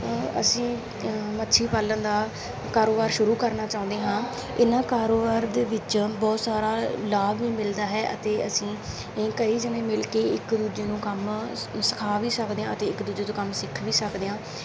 ਅਸੀਂ ਮੱਛੀ ਪਾਲਣ ਦਾ ਕਾਰੋਬਾਰ ਸ਼ੁਰੂ ਕਰਨਾ ਚਾਹੁੰਦੇ ਹਾਂ ਇਹਨਾਂ ਕਾਰੋਬਾਰ ਦੇ ਵਿੱਚ ਬਹੁਤ ਸਾਰਾ ਲਾਭ ਵੀ ਮਿਲਦਾ ਹੈ ਅਤੇ ਅਸੀਂ ਕਈ ਜਣੇ ਮਿਲ ਕੇ ਇੱਕ ਦੂਜੇ ਨੂੰ ਕੰਮ ਸ ਸਿਖਾ ਵੀ ਸਕਦੇ ਹਾਂ ਅਤੇ ਇੱਕ ਦੂਜੇ ਤੋਂ ਕੰਮ ਸਿੱਖ ਵੀ ਸਕਦੇ ਹਾਂ